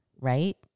right